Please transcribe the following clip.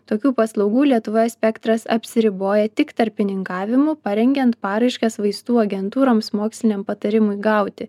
tokių paslaugų lietuvoje spektras apsiriboja tik tarpininkavimu parengiant paraiškas vaistų agentūroms moksliniam patarimui gauti